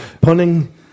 Punning